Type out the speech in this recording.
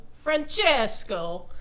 Francesco